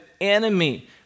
enemy